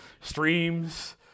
Streams